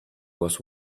was